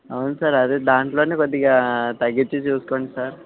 అవును సార్ అది దాంట్లోనే కొద్దిగా తగ్గిచ్చి చూసుకోండి సార్